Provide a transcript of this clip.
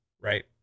right